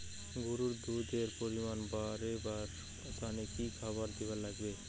গরুর দুধ এর পরিমাণ বারেবার তানে কি খাবার দিবার লাগবে?